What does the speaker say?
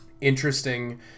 interesting